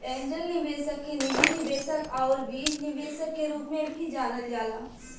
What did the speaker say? angel निवेशक के निजी निवेशक आउर बीज निवेशक के रूप में भी जानल जाला